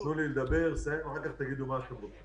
תנו לי לסיים לדבר ואחר כך תגידו מה שאתם רוצים.